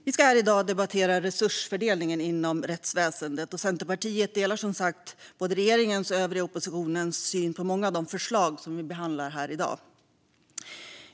Vi ska här i dag debattera resursfördelningen inom rättsväsendet. Centerpartiet delar som sagt både regeringens och övriga oppositionens syn på många av de förslag som vi behandlar här i dag.